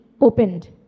opened